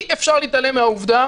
אי אפשר להתעלם מהעובדה